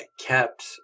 kept